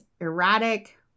erratic